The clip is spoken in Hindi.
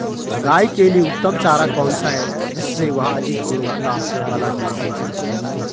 गाय के लिए उत्तम चारा कौन सा है जिससे वह अधिक गुणवत्ता वाला दूध दें सके?